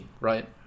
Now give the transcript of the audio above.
right